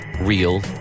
real